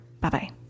Bye-bye